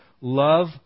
Love